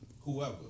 Whoever